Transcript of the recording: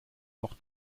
noch